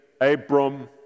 Abram